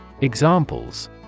Examples